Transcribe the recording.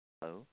Hello